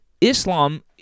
Islam